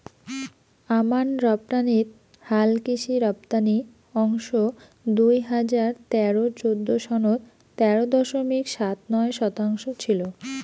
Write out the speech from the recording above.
আমান রপ্তানিত হালকৃষি রপ্তানি অংশ দুই হাজার তেরো চৌদ্দ সনত তেরো দশমিক সাত নয় শতাংশ ছিল